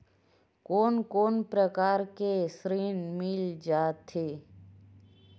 कोन कोन प्रकार के ऋण मिल जाथे?